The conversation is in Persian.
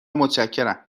متشکرم